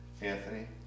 Anthony